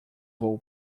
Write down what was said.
vou